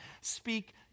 speak